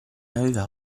aveva